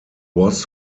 was